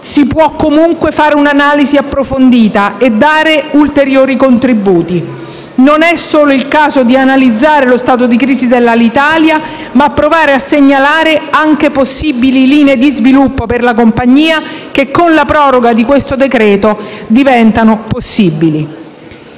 si può comunque fare un'analisi approfondita e dare ulteriori contributi. Non è il caso di analizzare solo lo stato di crisi di Alitalia, ma occorre provare a segnalare anche possibili linee di sviluppo per la compagnia che con la proroga offerta dal decreto-legge in